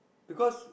because